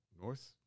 north